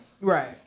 Right